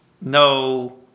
no